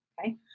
Okay